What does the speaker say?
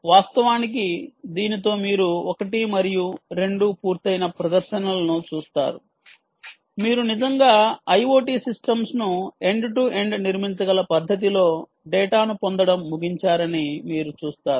వాస్తవానికి దీనితో మీరు ఒకటి మరియు 2 పూర్తయిన ప్రదర్శనలను చూస్తారు మీరు నిజంగా IoT సిస్టమ్స్ ను ఎండ్ టు ఎండ్ నిర్మించగల పద్ధతిలో డేటాను పొందడం ముగించారని మీరు చూస్తారు